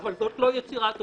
זו לא יצירת אומנות.